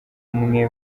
umwe